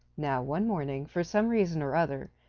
now one morning, for some reason or other,